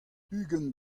ugent